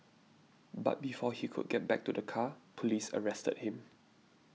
but before he could get back to the car police arrested him